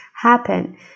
happen